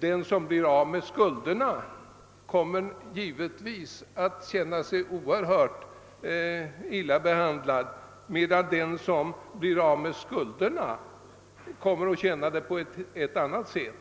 De som mister sina fonder kommer givetvis att känna sig mycket illa behandlade, medan de som blivit befriade från sina skulder ser det hela på ett annat sätt.